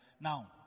now